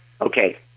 Okay